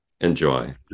Enjoy